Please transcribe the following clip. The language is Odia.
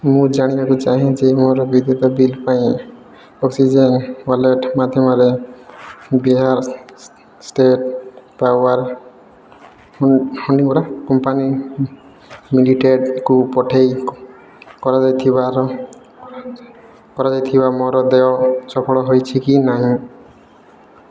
ମୁଁ ଜାଣିବାକୁ ଚାହେଁ ଯେ ମୋ ବିଦ୍ୟୁତ ବିଲ୍ ପାଇଁ ଅକ୍ସିଜେନ୍ ୱାଲେଟ୍ ମାଧ୍ୟମରେ Bihar state power holding company ଲିମିଟେଡ଼୍କୁ ପଠାଇ କରାଯାଇଥିବା କରାଯାଇଥିବା ମୋର ଦେୟ ସଫଳ ହୋଇଛି କି ନାହିଁ